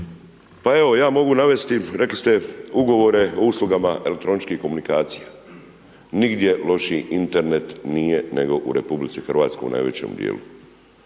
Pa evo, ja mogu navesti, rekli ste Ugovore o uslugama elektroničkih komunikacija. Nigdje lošiji Internet nije nego u RH na većem dijelu.